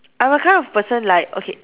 I'm the kind of person like okay